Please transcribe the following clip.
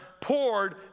poured